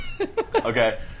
Okay